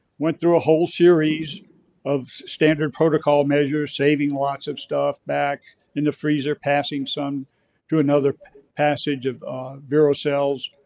went through a whole series of standard protocol measures, saving lots of stuff back in the freezer, passing some to another passage of vero cells.